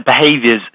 Behaviors